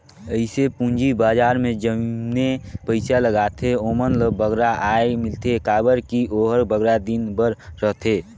जइसे पूंजी बजार में जमने पइसा लगाथें ओमन ल बगरा आय मिलथे काबर कि ओहर बगरा दिन बर रहथे